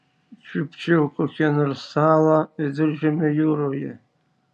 čiupčiau kokią nors salą viduržemio jūroje